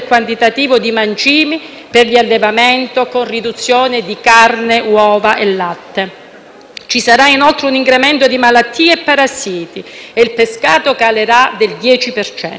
Ci sarà, inoltre, un incremento di malattie e parassiti e il pescato calerà del 10 per cento. Considerato ciò, il percorso verso un'agricoltura a misura d'uomo è la chiave necessaria